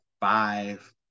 five